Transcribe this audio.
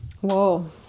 Whoa